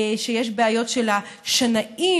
שיש בעיות של השנאים,